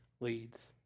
leads